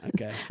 okay